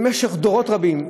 במשך דורות רבים,